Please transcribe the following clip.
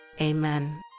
Amen